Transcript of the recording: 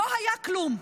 לא היה כלום.